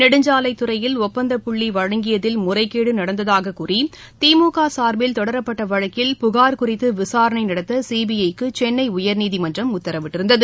நெடுஞ்சாலைத் துறையில் ஒப்பந்தப்புள்ளி வழங்கியதில் முறைகேடு நடந்ததாக கூறி திமுக சார்பில் தொடரப்பட்ட வழக்கில் புகார் குறித்து விசாரணை நடத்த சிபிஐக்கு சென்னை உயர்நீதிமன்றம் உத்தரவிட்டிருந்தது